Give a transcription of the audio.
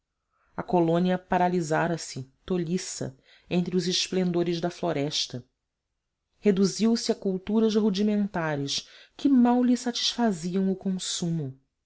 a colônia paralisara se tolhiça entre os esplendores da floresta reduziu-se a culturas rudimentares que mal lhe satisfaziam o consumo